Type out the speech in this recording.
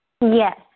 Yes